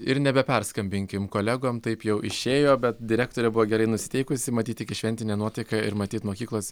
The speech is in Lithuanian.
ir nebe perskambinkim kolegom taip jau išėjo bet direktorė buvo gerai nusiteikusi matyt iki šventinė nuotaika ir matyt mokyklos